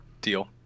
Deal